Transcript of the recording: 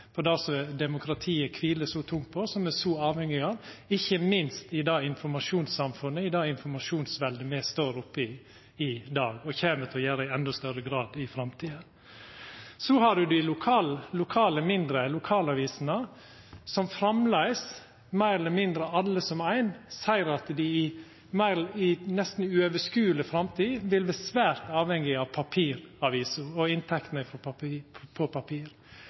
på det som demokratiet kviler så tungt på, som me er så avhengige av, ikkje minst i det informasjonssamfunnet, i det informasjonsveldet, me står oppe i i dag, og kjem til å gjera i endå større grad i framtida. Så har ein dei lokale mindre lokalavisene der framleis meir eller mindre alle som ein seier at dei i lang tid framover vil vera svært avhengige av papiravisene og inntektene